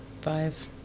five